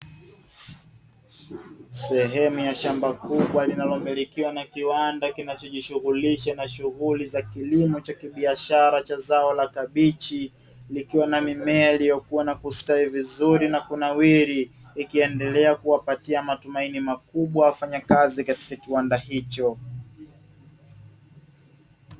Sehemu ya shamba kubwa linalo milikiwa na kiwanda kinacho jishughulisha na shughuli za kilimo cha kibiashara cha zao la kabichi, likiwa na mimea iliyokua na kustawi vizuri na kunawiri, ikiendelea kuwapatia matumaini makubwa wafanyakazi katika kiwanda hicho.